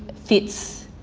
fitz,